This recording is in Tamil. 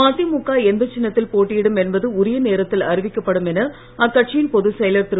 மதிமுக எந்தச் சின்னத்தில் போட்டியிடும் என்பது உரிய நேரத்தில் அறிவிக்கப் படும் என அக்கட்சியின் பொதுச்செயலர் திரு